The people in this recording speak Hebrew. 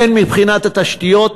הן מבחינת התשתיות,